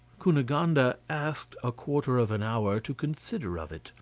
cunegonde and asked a quarter of an hour to consider of it,